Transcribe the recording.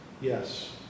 Yes